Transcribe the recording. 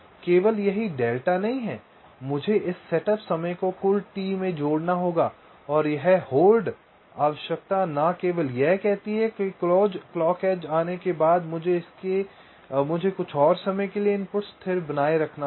इसलिए केवल यही डेल्टा नहीं है मुझे इस सेटअप समय को इस कुल T में जोड़ना होगा और यह होल्ड आवश्यकता न केवल यह कहती है कि क्लॉक एज आने के बाद भी मुझे इसके बाद कुछ और समय के लिए इनपुट स्थिर बनाए रखना होगा